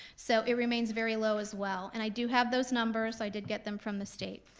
so it remains very low as well, and i do have those numbers, i did get them from the state.